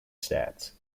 stats